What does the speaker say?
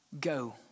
Go